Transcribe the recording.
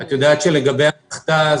את יודעת שלגבי המכת"ז,